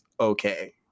okay